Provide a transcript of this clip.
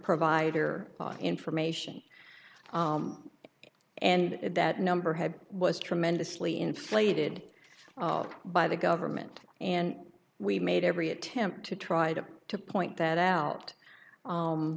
provider information and that number had was tremendously inflated by the government and we made every attempt to try to to point that out